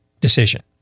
decision